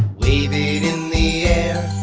wave in the